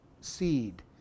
seed